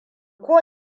ko